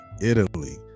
italy